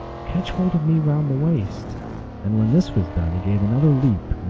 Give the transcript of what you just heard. catch hold of me round the waist and when this was done he gave another leap,